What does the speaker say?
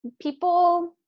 People